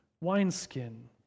wineskin